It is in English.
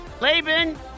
Laban